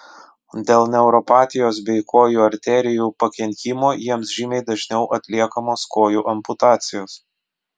dėl neuropatijos bei kojų arterijų pakenkimo jiems žymiai dažniau atliekamos kojų amputacijos